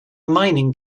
mining